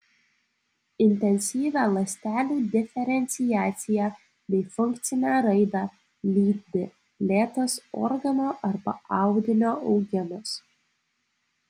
intensyvią ląstelių diferenciaciją bei funkcinę raidą lydi lėtas organo arba audinio augimas